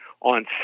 on